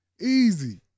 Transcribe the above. Easy